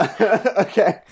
Okay